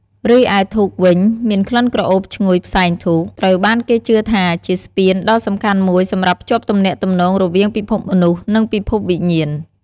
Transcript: រីឯ ធូប វិញ មានក្លិនក្រអូបឈ្ងុយផ្សែងធូបត្រូវបានគេជឿថាជា ស្ពាន ដ៏សំខាន់មួយសម្រាប់ភ្ជាប់ទំនាក់ទំនងរវាងពិភពមនុស្ស និងពិភពវិញ្ញាណ។